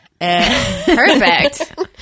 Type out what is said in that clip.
Perfect